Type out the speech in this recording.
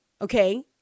okay